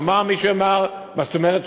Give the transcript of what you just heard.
יאמר מי שיאמר: מה זאת אומרת,